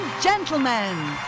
gentlemen